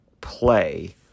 play